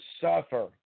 suffer